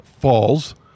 falls